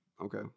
Okay